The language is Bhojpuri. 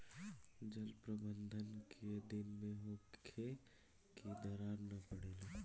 जल प्रबंधन केय दिन में होखे कि दरार न परेला?